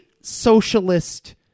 socialist